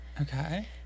Okay